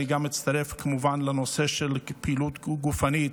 אני גם מצטרף כמובן לנושא של הפעילות הגופנית,